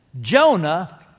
Jonah